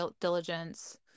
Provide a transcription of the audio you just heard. diligence